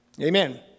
Amen